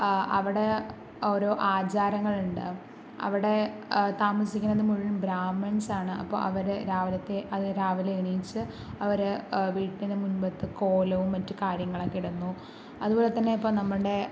അവിടെ ഓരോ ആചാരങ്ങൾ ഉണ്ട് അവിടെ താമസിക്കണത് മുഴുവൻ ബ്രാഹ്മിൻസ് ആണ് അപ്പോൾ അവര് രാവിലത്തെ അതായത് രാവിലെ എണീച്ച് അവര് വീട്ടിൻ്റെ മുൻപത്ത് കോലവും മറ്റു കാര്യങ്ങളൊക്കെ ഇടുന്നു അതുപോലെത്തന്നെ ഇപ്പോൾ നമ്മുടെ